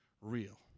real